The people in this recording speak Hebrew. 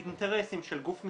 באינטרסים של גוף מסוים,